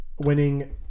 winning